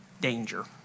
danger